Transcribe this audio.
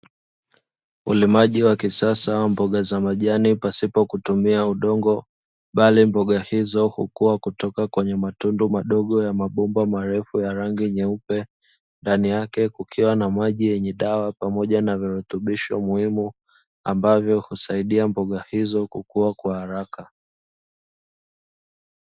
Ulimaji wa kisasa wa mboga za majani pasipo kutumia udongo, bali mboga hizo hukua kutoka kwenye matundu madogo ya mabomba marefu ya rangi nyeupe, ndani yake kukiwa na maji yenye dawa pamoja na virutubisho muhimu, ambavyo husaidia mboga hizo kukua kwa haraka.